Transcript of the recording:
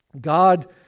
god